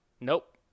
Nope